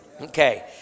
Okay